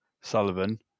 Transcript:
Sullivan